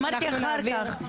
אמרתי, אחר כך.